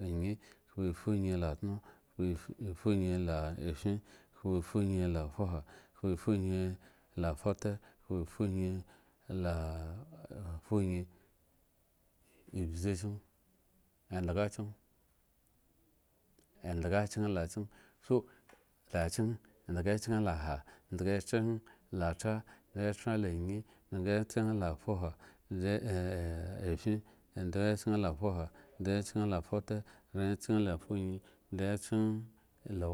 yin kpafuyin la tuno kpafuyin la fin kpafuyin la fuha kpafuyin la fute kpafuyin la fuyin ebzo kyen edga edga kyen la kyen la kyen edga ryen la ha edga kyen la tra eda kyen la ayin edga kyen la fuha le afin edga kyen fuha eda kyen la fute edga kyen la fuyin eedga kyen kyen la okpo